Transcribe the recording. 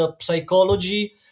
psychology